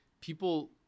people